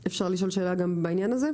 אפשר לשאול שאלה בעניין הזה?